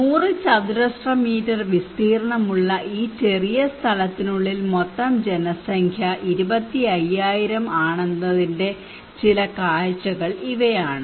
100 ചതുരശ്ര മീറ്റർ വിസ്തീർണ്ണമുള്ള ഈ ചെറിയ സ്ഥലത്തിനുള്ളിൽ മൊത്തം ജനസംഖ്യ 25000 ആണെന്നതിന്റെ ചില കാഴ്ചകൾ ഇവയാണ്